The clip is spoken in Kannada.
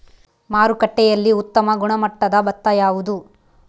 ಮಾರುಕಟ್ಟೆಯಲ್ಲಿ ಉತ್ತಮ ಗುಣಮಟ್ಟದ ಭತ್ತ ಯಾವುದು?